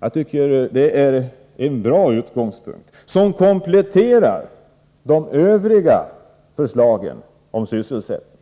Jag tycker det är en bra utgångspunkt, som kompletterar de övriga förslagen om sysselsättningen.